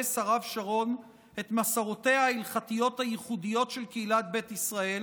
פורס הרב שרון את מסורותיה ההלכתיות הייחודיות של קהילת ביתא ישראל